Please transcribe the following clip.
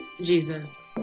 Jesus